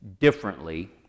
differently